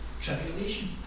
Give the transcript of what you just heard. tribulation